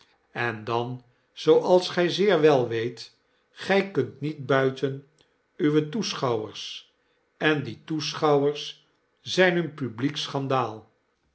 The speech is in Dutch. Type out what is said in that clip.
en dan zooals gy zeer wel weet gij kunt niet buiten uwe toeschouwers en die toeschouwers zyn een publiek schandaal